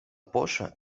poŝo